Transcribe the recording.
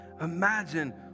imagine